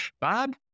Bob